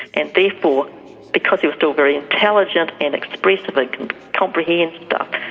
and therefore, because he was still very intelligent and expressive and could comprehend stuff,